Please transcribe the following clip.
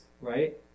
right